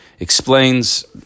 Explains